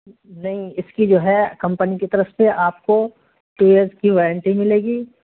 نہیں اس کی جو ہے کمپنی کی طرف سے آپ کو ٹو ایئرس کی وارنٹی ملے گی